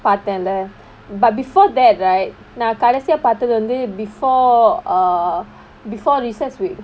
பாத்தேல்ல:paathaella but before that right நான் கடைசியா பாத்தது வந்து:naan kadaisiyaa paathathu vanthu before err before recess week